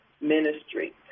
ministry